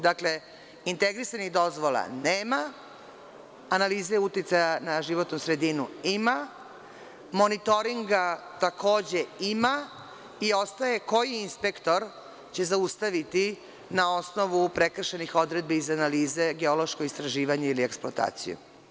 Dakle, integrisanih dozvola nema, analize uticaja na životnu sredinu ima, monitoringa takođe ima i ostaje - koji inspektor će zaustaviti, na osnovu prekršenih odredbi iz analize, geološko istraživanje ili eksploataciju?